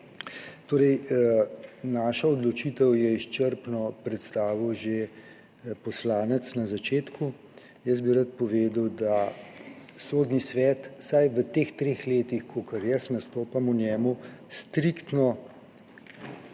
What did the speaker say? Torej, našo odločitev je izčrpno predstavil že poslanec na začetku, jaz bi rad povedal, da Sodni svet vsaj v teh treh letih, kolikor jaz nastopam v njem, striktno